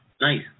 nice